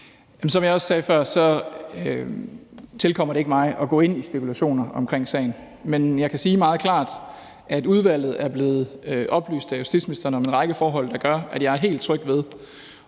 Som jeg også sagde før, tilkommer det ikke mig at gå ind i spekulationer omkring sagen, men jeg kan sige meget klart, at udvalget er blevet oplyst af justitsministeren om en række forhold, der gør, at jeg er helt tryg ved